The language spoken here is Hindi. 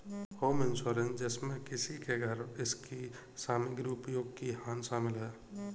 होम इंश्योरेंस जिसमें किसी के घर इसकी सामग्री उपयोग की हानि शामिल है